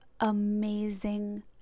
amazing